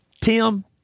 Tim